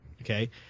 Okay